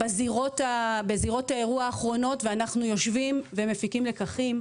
בזירות האירוע האחרונות ואנחנו יושבים ומפיקים לקחים,